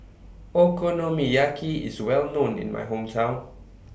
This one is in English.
Okonomiyaki IS Well known in My Hometown